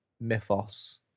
mythos